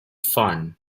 fun